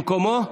במקומו?